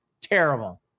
Terrible